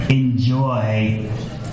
enjoy